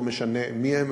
לא משנה מי הם,